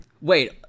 Wait